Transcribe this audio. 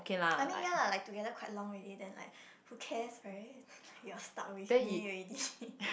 I mean ya lah like together quite long already then like who cares right you're stuck with me already